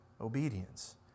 obedience